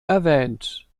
erwähnt